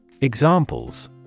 Examples